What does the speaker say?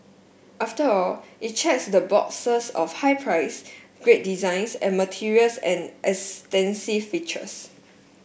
after all it checks the boxes of high price great designs and materials and extensive features